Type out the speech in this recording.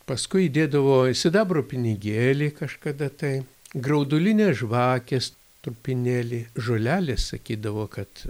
paskui įdėdavo sidabro pinigėlį kažkada tai graudulinės žvakės trupinėlį žolelės sakydavo kad